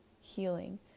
Healing